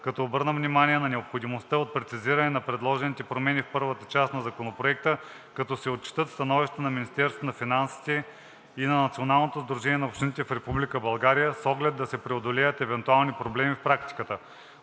като обърна внимание на необходимостта от прецизиране на предложените промени в първата част на Законопроекта, като се отчетат становищата на Министерството на финансите и на Националното сдружение на общините в Република България, с оглед да се преодолеят евентуални проблеми в практиката.